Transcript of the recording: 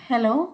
hello